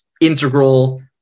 integral